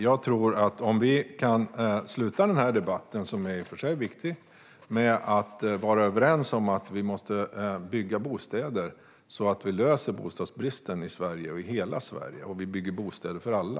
Jag blir nöjd om vi kan avsluta denna debatt - som i och för sig är viktig - med att vara överens om att vi måste bygga bostäder så att vi löser bostadsbristen i hela Sverige och om att vi måste bygga bostäder för alla.